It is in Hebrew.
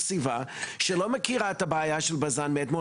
הסביבה שלא מכירה את הבעיה של בז"ן מאתמול,